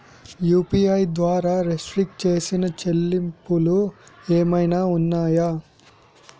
UPI ద్వారా restrict చేసిన చెల్లింపులు ఏమైనా ఉన్నాయా?